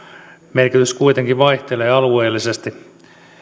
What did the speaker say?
merkitys kuitenkin vaihtelee alueellisesti